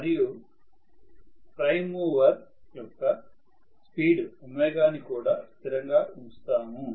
మరియు prime mover యొక్క speed ని కూడా స్థిరంగా ఉంచుతాము